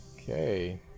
okay